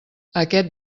aquest